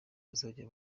bazajya